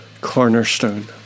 Cornerstone